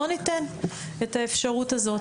לא ניתן את האפשרות הזאת.